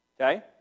Okay